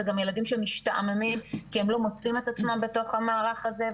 זה גם ילדים שמשתעממים כי הם לא מוצאים את עצמם בתוך המערך הזה,